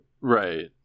Right